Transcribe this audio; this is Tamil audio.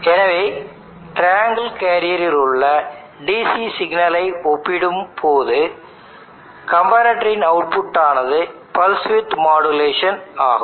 எனவே ட்ரையாங்கிள் கேரியரில் உள்ள DC சிக்னலை ஒப்பிடும்போது கம்பரட்டரின் அவுட்புட் ஆனது பல்ஸ் வித் மாடுலேஷன் ஆகும்